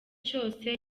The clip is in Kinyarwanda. cyose